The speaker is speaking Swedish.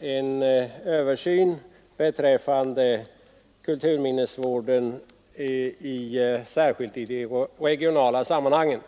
en översyn beträffande kulturminnesvården, särskilt i de regionala sammanhangen.